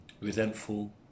resentful